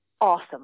awesome